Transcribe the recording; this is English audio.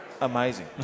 Amazing